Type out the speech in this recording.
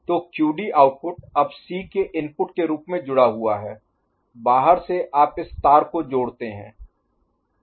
तो QD output अब C के इनपुट के रूप में जुड़ा हुआ है बाहर से आप इस तार को जोड़ते हैं